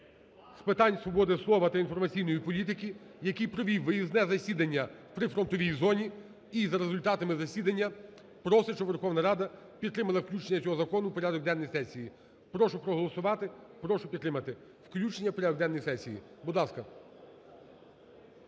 з питань свободи слова та інформаційної політики, який провів виїзне засідання у прифронтовій зоні і, за результатами засідання, просить, щоб Верховна Рада підтримала включення цього закону в порядок денний сесії. Прошу проголосувати, прошу підтримати включення в порядок денний сесії, будь ласка.